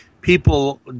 people